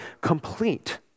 complete